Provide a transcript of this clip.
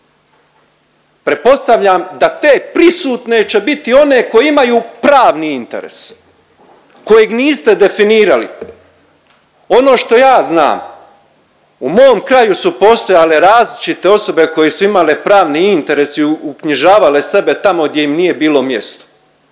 Pretpostavljam da te prisutne će biti one koje imaju pravni interes kojeg niste definirali. Ono što ja znam u mom kraju su postojale različite osobe koje su imale pravni interes i uknjižavale sebe tamo gdje im nije bilo mjesto